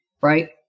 right